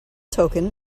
token